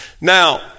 Now